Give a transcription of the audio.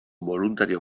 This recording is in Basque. boluntario